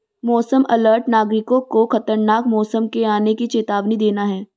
मौसम अलर्ट नागरिकों को खतरनाक मौसम के आने की चेतावनी देना है